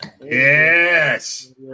Yes